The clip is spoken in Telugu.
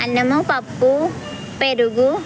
అన్నము పప్పు పెరుగు